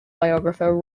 biographer